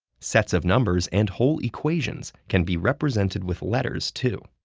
sets of numbers and whole equations can be represented with letters, too.